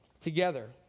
together